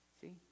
See